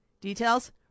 Details